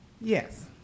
Yes